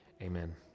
Amen